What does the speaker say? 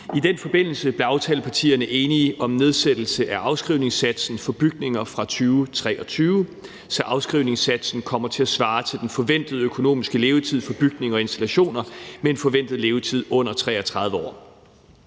I den forbindelse blev aftalepartierne enige om en nedsættelse af afskrivningssatsen for bygninger fra 2023, så afskrivningssatsen kommer til at svare til den forventede økonomiske levetid for bygninger og installationer på under 33 år.